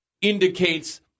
indicates